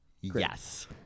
Yes